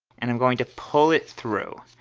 and i'm going to pull it through.